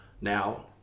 Now